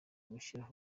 gushyiraho